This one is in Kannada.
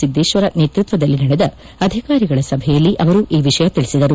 ಸಿದ್ದೇಶ್ವರ ನೇತೃತ್ವದಲ್ಲಿ ನಡೆದ ಅಧಿಕಾರಿಗಳ ಸಭೆಯಲ್ಲಿ ಅವರು ವಿಷಯ ತಿಳಿಸಿದರು